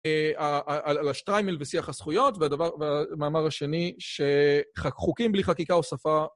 על השטריימל ושיח הזכויות, והמאמר השני, שחוקים בלי חקיקה או שפה...